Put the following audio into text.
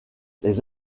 les